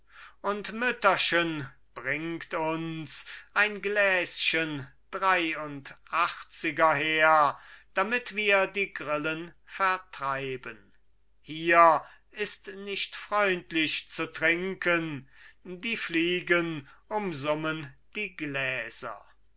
und mütterchen bringt uns ein gläschen dreiundachtziger her damit wir die grillen vertreiben hier ist nicht freundlich zu trinken die fliegen umsummen die gläser